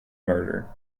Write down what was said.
murder